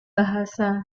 bahasa